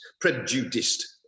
prejudiced